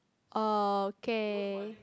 okay